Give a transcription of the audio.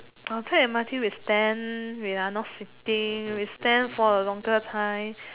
while take M_R_T we stand we are not sitting we stand for a longer time